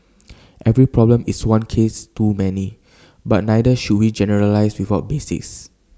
every problem is one case too many but neither should we generalise without basis